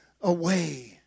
away